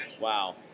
wow